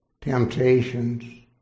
temptations